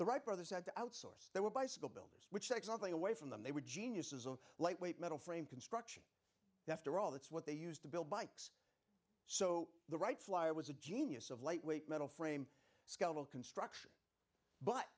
wright brothers had to outsource they were bicycle builders which check something away from them they were geniuses on lightweight metal frame construction after all that's what they used to build bikes so the wright flyer was a genius of lightweight metal frame skeletal construction b